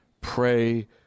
pray